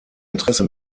interesse